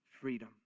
freedom